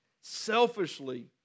Selfishly